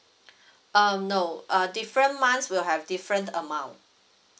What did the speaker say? um no uh different months will have different amount